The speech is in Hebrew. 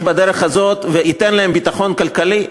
בדרך הזאת וייתן להם ביטחון כלכלי?